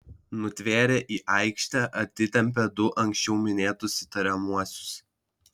nutvėrę į aikštę atitempė du anksčiau minėtus įtariamuosius